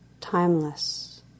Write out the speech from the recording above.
timeless